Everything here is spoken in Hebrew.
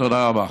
תודה רבה.